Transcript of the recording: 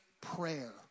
prayer